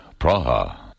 Praha